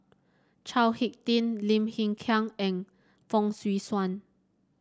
Chao HicK Tin Lim Hng Kiang and Fong Swee Suan